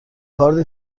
کارد